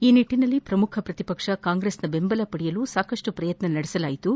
ಈ ನಿಟ್ಟನಲ್ಲಿ ಪ್ರಮುಖ ಪ್ರತಿಪಕ್ಷ ಕಾಂಗ್ರೆಸ್ನ ಬೆಂಬಲ ಪಡೆಯಲು ಸಾಕಷ್ಟು ಪ್ರಯತ್ನ ನಡೆಸಲಾಯಿತು